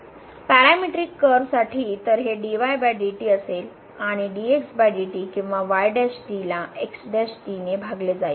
parametric कर्व्हसाठी तर हे dy dt असेल आणि dx dt किंवा y ला x ने भागले जाईल